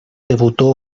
debutó